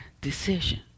decision